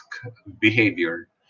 behavior